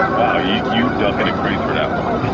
wow. you you dug into crates for that one